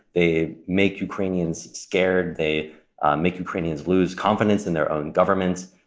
they make ukrainians scared. they make ukrainians lose confidence in their own governments.